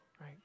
right